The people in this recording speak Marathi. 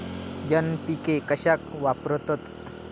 एन.पी.के कशाक वापरतत?